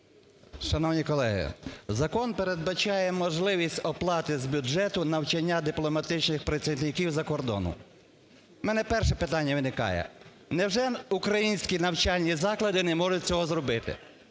Шановні колеги! Закон передбачає можливість оплати з бюджету навчання дипломатичних працівників за кордоном. У мене перше питання виникає: невже українські навчальні заклади не можуть цього створити?